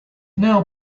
now